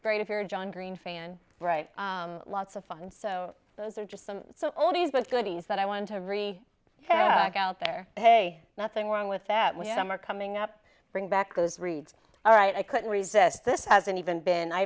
great if you're john green fan right lots of fun so those are just some oldies but goodies that i wanted to re out there hey nothing wrong with that we had a more coming up bring back those reads all right i couldn't resist this hasn't even been i